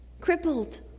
crippled